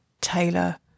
Taylor